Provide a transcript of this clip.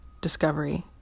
discovery